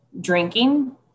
drinking